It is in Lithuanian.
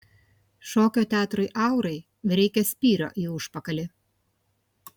šokio teatrui aurai reikia spyrio į užpakalį